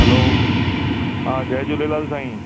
हलो हा जय झूलेलाल साईं